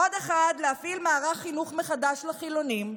עוד אחד כדי להפעיל מערך חינוך מחדש לחילונים,